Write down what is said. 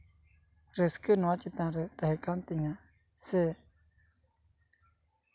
ᱨᱟᱹᱥᱠᱟᱹ ᱱᱚᱣᱟ ᱪᱮᱛᱟᱱᱨᱮ ᱛᱟᱦᱮᱸ ᱠᱟᱱ ᱛᱤᱧᱟ ᱥᱮ